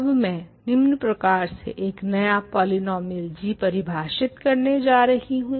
अब मैं निम्न प्रकार से एक नया पोलिनोमियल g परिभाषित करने जा रही हूँ